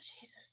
Jesus